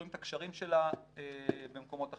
רואים את הקשרים שלה במקומות אחרים.